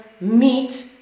meet